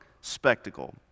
spectacle